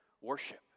Worship